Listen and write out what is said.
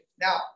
Now